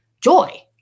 joy